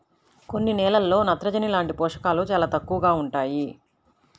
కొన్ని నేలల్లో నత్రజని లాంటి పోషకాలు చాలా తక్కువగా ఉంటాయి